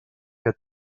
que